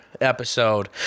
episode